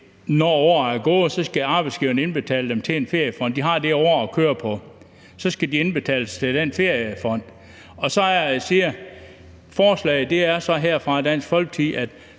når året er gået. Arbejdsgiverne skal indbetale dem til en feriefond; de har det år at køre på, og så skal de indbetales til en feriefond. Så er det, jeg siger, at forslaget her fra Dansk Folkeparti er, at